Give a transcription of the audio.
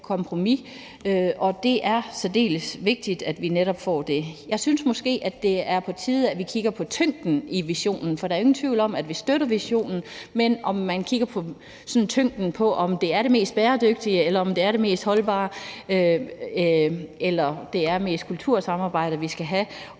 særdeles vigtigt, at vi netop får det. Jeg synes måske, det er på tide, at vi kigger på tyngden i visionen. Der er jo ingen tvivl om, at vi støtter visionen, men jeg synes, man skal kigge på tyngden, i forhold til om det er det mest bæredygtige, om det er det mest holdbare,